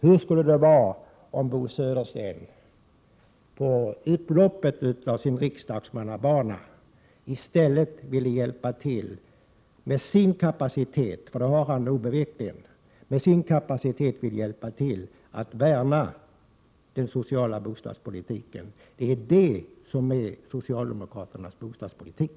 Hur skulle det vara om Bo Södersten på upploppet av sin riksdagsmannabana i stället ville hjälpa till med sin kapacitet, för en sådan har han obestridligen, att värna om den sociala bostadspolitiken — den som är socialdemokraternas bostadspolitik?